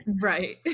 Right